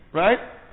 right